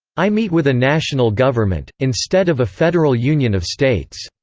i meet with a national government, instead of a federal union of states.